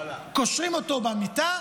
קושרים אותו למיטה,